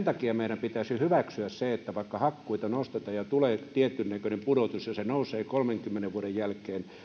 takia meidän pitäisi hyväksyä se että kun hakkuita nostetaan tulee tietyn näköinen pudotus ja se nousee kolmenkymmenen vuoden jälkeen